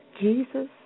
Jesus